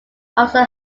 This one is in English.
also